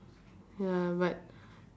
ya but